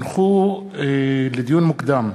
לדיון מוקדם: